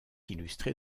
illustré